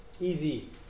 easy